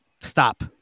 Stop